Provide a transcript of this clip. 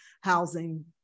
housing